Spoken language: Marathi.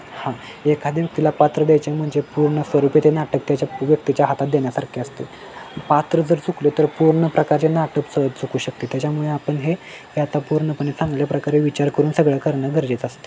हां एखाद्या व्यक्तीला पात्र द्यायचे म्हणजे पूर्ण स्वरूपे जे नाटक त्याच्या व्यक्तीच्या हातात देण्यासारखे असते पात्र जर चुकलं तर पूर्ण प्रकारचे नाटक सहज चुकू शकते त्याच्यामुळे आपण हे हे आता पूर्णपणे चांगल्या प्रकारे विचार करून सगळं करणं गरजेचं असते